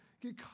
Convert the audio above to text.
get